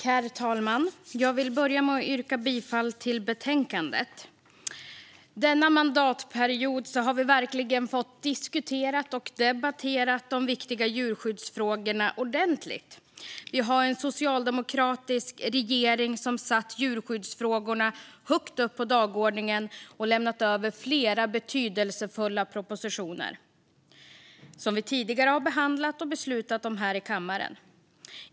Herr talman! Jag vill börja med att yrka bifall till förslaget i betänkandet. Denna mandatperiod har vi verkligen fått diskutera och debattera de viktiga djurskyddsfrågorna ordentligt. Vi har en socialdemokratisk regering som har satt djurskyddsfrågorna högt upp på dagordningen och har lämnat över flera betydelsefulla propositioner som vi tidigare har behandlat och beslutat om här i kammaren.